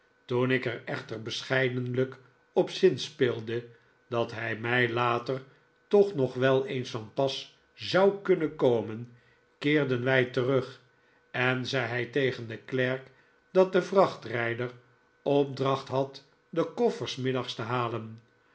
toen ik er echter bescheidenlijk op zin v speelde dat hij mij later toch nog wel eens van pas zou kunnen komen keerden wij terug en zei hij tegen den klerk dat de vrachtrijder opdracht had den koffer s middags te halen